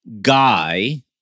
guy